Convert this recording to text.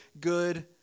good